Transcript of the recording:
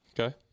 Okay